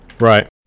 Right